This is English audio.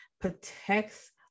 protects